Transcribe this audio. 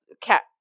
cat